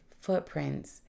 footprints